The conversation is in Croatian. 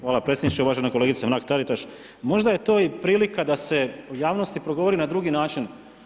Hvala predsjedniče, uvažena kolegice Mrak Taritaš, možda je to i prilika da se u javnosti progovori na drugi način.